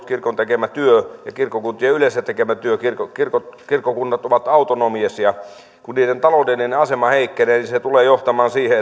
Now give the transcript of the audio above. kirkon tekemässä työssä ja kirkkokuntien yleensä tekemässä työssä kirkkokunnat ovat autonomisia kun niiden taloudellinen asema heikkenee sehän tulee johtamaan siihen